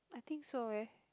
I think so eh